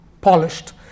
polished